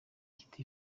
ihita